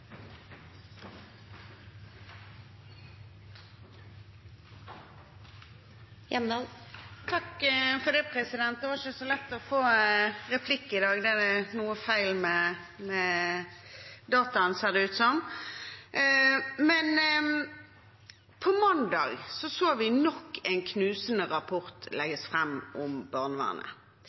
Det var ikke så lett å få replikk i dag. Det er noe feil med dataanlegget, ser det ut som. På mandag ble nok en knusende rapport om barnevernet